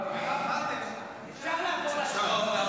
אפשר לעבור להצבעה.